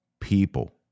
people